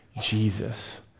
Jesus